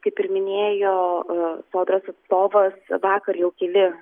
kaip ir minėėjoo sodros atstovas vakar jau keli